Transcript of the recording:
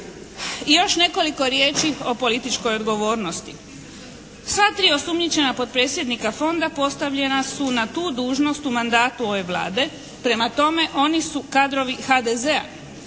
I još nekoliko riječi o političkoj odgovornosti. Sva tri osumnjičena potpredsjednika Fonda postavljena su na tu dužnost u mandatu ove Vlade. Prema tome oni su kadrovi HDZ-a,